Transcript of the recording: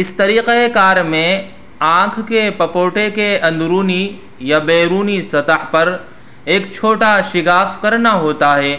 اس طریقہ کار میں آنکھ کے پپوٹے کی اندرونی یا بیرونی سطح پر ایک چھوٹا شگاف کرنا ہوتا ہے